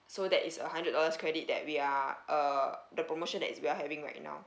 so that is a hundred dollars credit that we are uh the promotion that is we are having right now